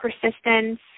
persistence